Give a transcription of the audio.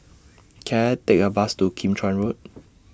Can I Take A Bus to Kim Chuan Road